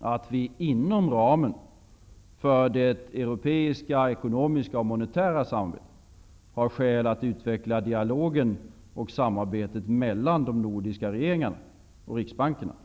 att vi inom ramen för det europeiska ekonomiska och monetära samarbetet har skäl att utveckla dialogen och samarbetet mellan de nordiska regeringarna och riksbankerna.